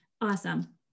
Awesome